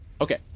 Okay